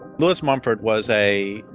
lewis mumford was a,